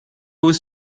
was